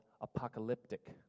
apocalyptic